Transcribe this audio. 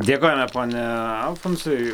dėkojame pone alfonsai